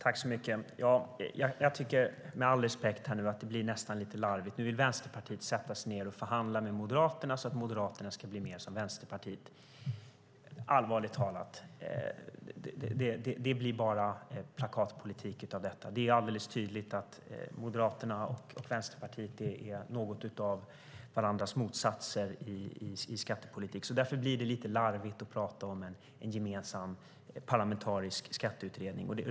Fru talman! Med all respekt tycker jag att det nästan blir lite larvigt. Nu vill Vänsterpartiet sätta sig ned och förhandla med Moderaterna så att Moderaterna ska bli mer som Vänsterpartiet. Allvarligt talat: Det blir bara plakatpolitik av detta. Det är alldeles tydligt att Moderaterna och Vänsterpartiet är något av varandras motsatser i skattepolitiken. Det blir därför lite larvigt att tala om en gemensam parlamentarisk skatteutredning.